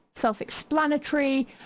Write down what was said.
self-explanatory